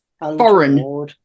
foreign